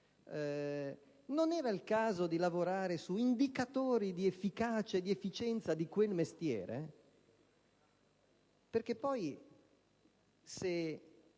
non fosse il caso di lavorare su indicatori di efficacia e di efficienza di quel mestiere; dico